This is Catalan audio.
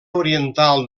oriental